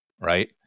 right